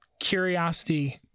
Curiosity